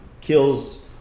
kills